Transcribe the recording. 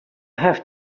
have